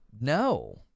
No